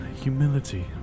Humility